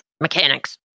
mechanics